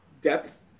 depth